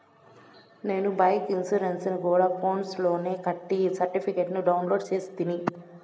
నేను బైకు ఇన్సూరెన్సుని గూడా ఫోన్స్ లోనే కట్టి సర్టిఫికేట్ ని డౌన్లోడు చేస్తిని